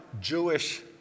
Jewish